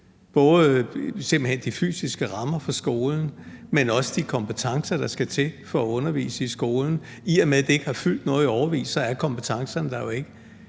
til de fysiske rammer for skolen, men også de kompetencer, der skal til for at undervise i skolen? I og med at det ikke har fyldt noget i årevis, er kompetencerne der jo ikke.